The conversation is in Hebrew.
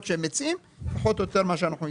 שהם מציעים פחות או יותר מה שאנחנו יישמנו.